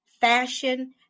fashion